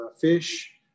fish